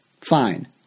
Fine